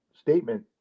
statement